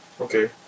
Okay